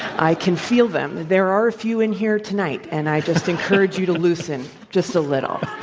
i can feel them. there are a few in here tonight, and i just encourage you to loosen just a little.